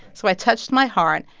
so i touched my heart.